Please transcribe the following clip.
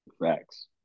Facts